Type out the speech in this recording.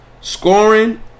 scoring